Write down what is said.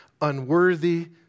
unworthy